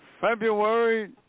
February